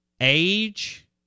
age